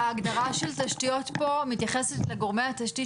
ההגדרה של תשתיות פה מתייחסת לגורמי התשתית